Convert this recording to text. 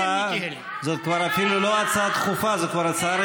של ניקי היילי.) זאת כבר אפילו לא הצעה דחופה,